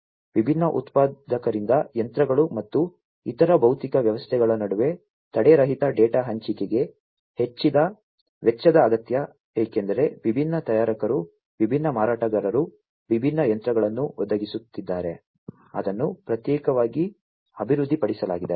ವಿಭಿನ್ನ ಉತ್ಪಾದಕರಿಂದ ಯಂತ್ರಗಳು ಮತ್ತು ಇತರ ಭೌತಿಕ ವ್ಯವಸ್ಥೆಗಳ ನಡುವೆ ತಡೆರಹಿತ ಡೇಟಾ ಹಂಚಿಕೆಗೆ ಹೆಚ್ಚಿದ ವೆಚ್ಚದ ಅಗತ್ಯ ಏಕೆಂದರೆ ವಿಭಿನ್ನ ತಯಾರಕರು ವಿಭಿನ್ನ ಮಾರಾಟಗಾರರು ವಿಭಿನ್ನ ಯಂತ್ರಗಳನ್ನು ಒದಗಿಸುತ್ತಿದ್ದಾರೆ ಅದನ್ನು ಪ್ರತ್ಯೇಕವಾಗಿ ಅಭಿವೃದ್ಧಿಪಡಿಸಲಾಗಿದೆ